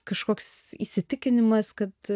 kažkoks įsitikinimas kad